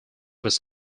was